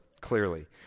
clearly